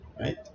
right